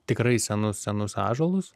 tikrai senus senus ąžuolus